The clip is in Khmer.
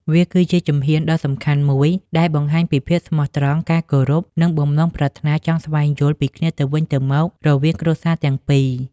វាគឺជាជំហានដ៏សំខាន់មួយដែលបង្ហាញពីភាពស្មោះត្រង់ ការគោរព និងបំណងប្រាថ្នាចង់ស្វែងយល់ពីគ្នាទៅវិញទៅមករវាងគ្រួសារទាំងពីរ។